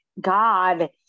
God